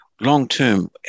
long-term